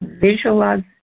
Visualize